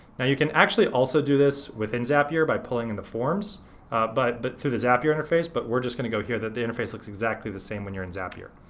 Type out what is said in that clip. now you can actually also do this within zapier by pulling in the forms but but through the zapier interface but we're just gonna go here. the interface looks exactly the same when you're in zapier.